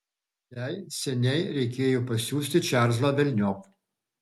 jai seniai reikėjo pasiųsti čarlzą velniop